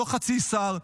לא חצי שר,